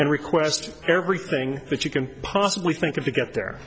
and request everything that you can possibly think of to get there